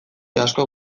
asko